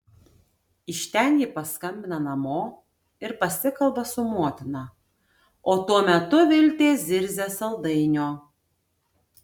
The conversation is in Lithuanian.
iš ten ji paskambina namo ir pasikalba su motina o tuo metu viltė zirzia saldainio